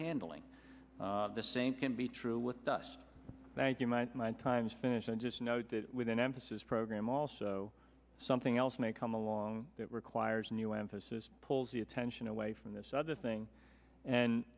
handling the same can be true with dust thank you might nine times finish i just note that with an emphasis program also something else may come along that requires a new emphasis pulls the attention away from this other thing and